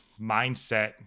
mindset